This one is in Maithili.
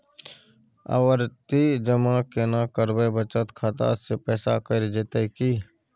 आवर्ति जमा केना करबे बचत खाता से पैसा कैट जेतै की?